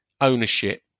ownership